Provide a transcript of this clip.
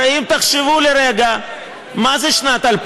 הרי אם תחשבו לרגע מה זה שנת 2000,